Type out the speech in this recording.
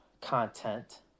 content